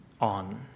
on